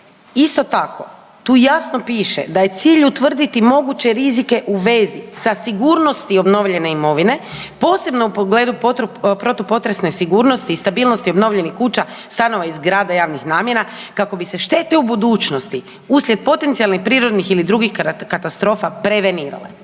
isto tako tu jasno piše da je cilj utvrditi moguće rizike u vezi sa sigurnosti obnovljene imovine, posebno u pogledu protupotresne sigurnosti i stabilnosti obnovljenih kuća, stanova i zgrada javnih namjena kako bi se štete u budućnosti uslijed potencijalnih prirodnih ili drugih katastrofa prevenirale.